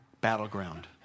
battleground